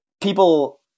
people